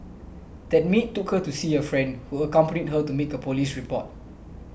that maid took her to see a friend who accompanied her to make a police report